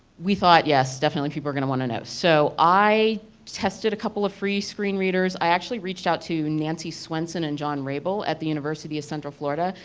we thought yes, definitely people are to want to know. so i tested a couple of free screen readers i actually reached out to nancy swansea and john rebel at the university of central florida,